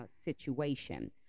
situation